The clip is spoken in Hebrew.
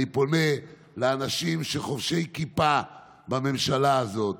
אני פונה לאנשים חובשי הכיפה בממשלה הזאת: